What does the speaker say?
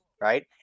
right